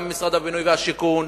גם במשרד הבינוי והשיכון,